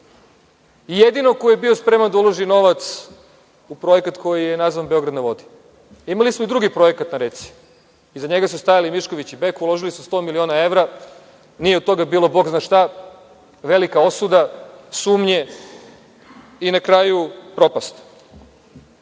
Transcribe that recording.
jedinog ko je bio spreman da uloži novac u projekat koji je nazvan „Beograd na vodi“. Imali smo i drugi projekat na reci. Iza njega su stajali Mišković i Beko. Uložili su 100 miliona evra. Nije od toga bilo bog zna šta, velika osuda, sumnje i na kraju propast. Kako